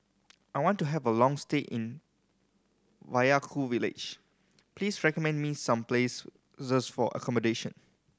I want to have a long stay in Vaiaku village please recommend me some place for accommodation